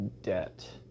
debt